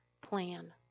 plan